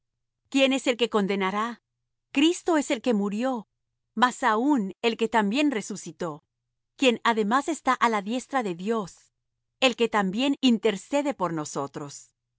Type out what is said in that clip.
quién es el que condenará cristo es el que murió más aún el que también resucitó quien además está á la diestra de dios el que también intercede por nosotros